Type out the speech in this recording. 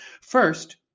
First